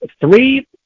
three